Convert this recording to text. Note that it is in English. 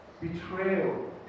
betrayal